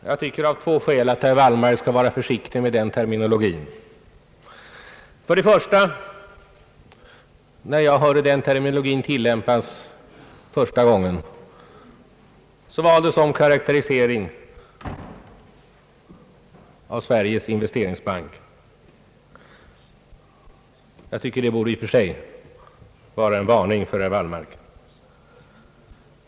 Jag tycker av två skäl att han skall vara försiktig med den terminologin. Första gången jag hörde den terminologin tilllämpas var den avsedd att karakterisera Sveriges investeringsbank — detta borde i och för sig, tycker jag, vara en varning för herr Wallmark.